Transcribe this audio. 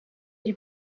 die